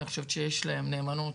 אני חושבת שיש להם נאמנות